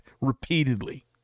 repeatedly